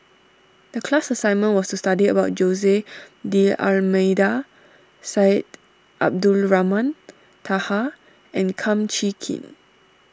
the class assignment was to study about Jose D'Almeida Syed Abdulrahman Taha and Kum Chee Kin